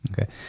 Okay